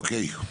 אוקיי.